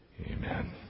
Amen